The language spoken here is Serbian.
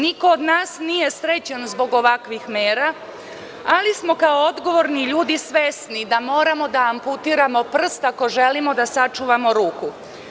Niko od nas nije srećan zbog ovakvih mera, ali smo kao odgovorni ljudi svesni da moramo da amputiramo prst ako želimo da sačuvamo ruku.